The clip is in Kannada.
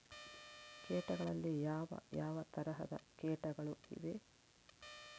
ಕೇಟಗಳಲ್ಲಿ ಯಾವ ಯಾವ ತರಹದ ಕೇಟಗಳು ಇವೆ?